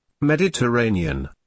mediterranean